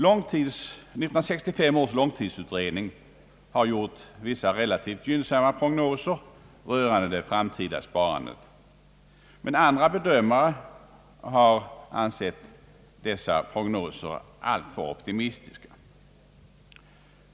1965 års långtidsutredning har gjort vissa relativt gynnsamma prognoser rörande det framtida sparandet, men andra bedömare har ansett dessa prognoser alltför optimistiska.